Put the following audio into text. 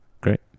great